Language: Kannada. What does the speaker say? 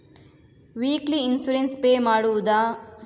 ವೀಕ್ಲಿ ಇನ್ಸೂರೆನ್ಸ್ ಪೇ ಮಾಡುವುದ?